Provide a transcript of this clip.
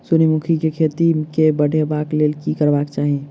सूर्यमुखी केँ खेती केँ बढ़ेबाक लेल की करबाक चाहि?